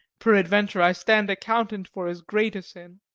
peradventure, i stand accountant for as great a sin